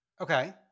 Okay